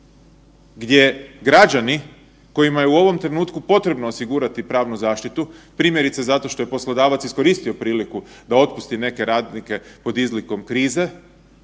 gdje građani kojima je u ovom trenutku potrebno osigurati pravnu zaštitu, primjerice zato što je poslodavac iskoristio priliku da otpusti neke radnike pod izlikom krize,